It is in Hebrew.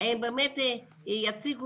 תקציב ייעודי